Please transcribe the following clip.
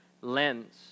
lens